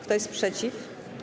Kto jest przeciw?